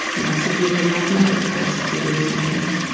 and that's the beauty of mathematics, that's the beauty of science,